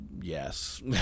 yes